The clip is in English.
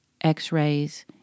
x-rays